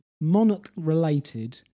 monarch-related